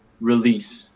Release